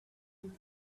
end